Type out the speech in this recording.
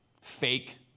fake